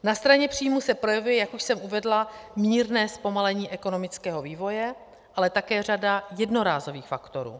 Na straně příjmů se projevuje, jak už jsem uvedla, mírné zpomalení ekonomického vývoje, ale také řada jednorázových faktorů.